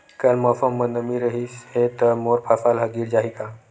कल मौसम म नमी रहिस हे त मोर फसल ह गिर जाही का?